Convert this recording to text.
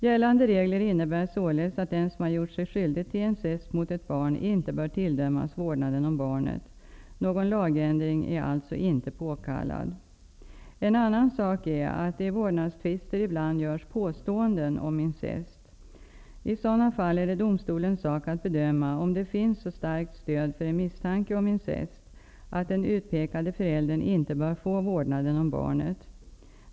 Gällande regler innebär således att den som har gjort sig skyldig till incest mot ett barn inte bör tilldömas vårdnaden om barnet. Någon lagändring är alltså inte påkallad. En annan sak är att det i vårdnadstvister ibland görs påståenden om incest. I sådana fall är det domstolens sak att bedöma om det finns så starkt stöd för en misstanke om incest att den utpekade föräldern inte bör få vårdnaden om barnet.